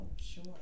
sure